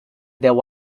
deu